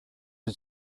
did